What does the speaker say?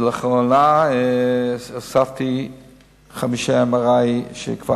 ולאחרונה הוספתי חמישה מכשירי MRI שכבר